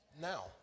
Now